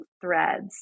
threads